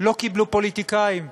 לא קיבלו פוליטיקאים,